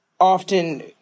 often